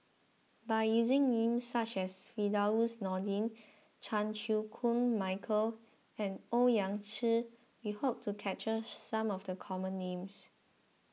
by using names such as Firdaus Nordin Chan Chew Koon Michael and Owyang Chi we hope to capture some of the common names